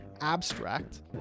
abstract